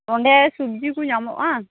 ᱚᱸᱰᱮ ᱥᱚᱵᱡᱤ ᱠᱚ ᱧᱟᱢᱚᱜᱼᱟ